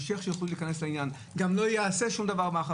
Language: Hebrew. לאנשי העדה החרדית וגם לא רק לחרדים,